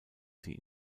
sie